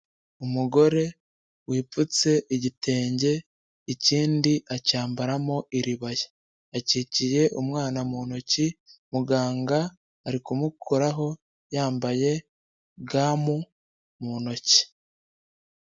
Umugore wipfutse igitenge, ikindi acyambaramo iribaya, yakikiye umwana mu ntoki, muganga ari kumukoraho yambaye gamu mu ntoki.